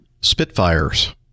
Spitfires